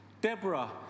Deborah